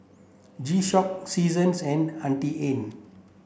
G Shock Seasons and Auntie Anne